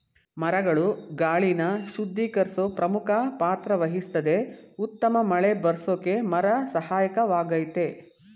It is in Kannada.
ಮರಗಳು ಗಾಳಿನ ಶುದ್ಧೀಕರ್ಸೋ ಪ್ರಮುಖ ಪಾತ್ರವಹಿಸ್ತದೆ ಉತ್ತಮ ಮಳೆಬರ್ರ್ಸೋಕೆ ಮರ ಸಹಾಯಕವಾಗಯ್ತೆ